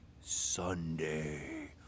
Sunday